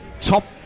top